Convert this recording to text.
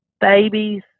babies